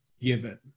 given